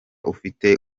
ufite